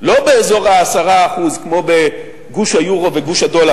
לא באזור ה-10% כמו בגוש היורו וגוש הדולר,